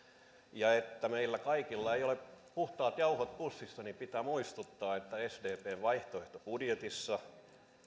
ja kun meillä kaikilla ei ole puhtaat jauhot pussissa niin pitää muistuttaa että sdpn vaihtoehtobudjetissa